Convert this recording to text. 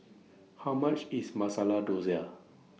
How much IS Masala Dosa